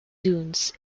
dunes